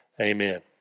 amen